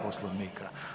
Poslovnika.